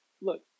look